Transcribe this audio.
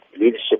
leadership